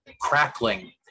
crackling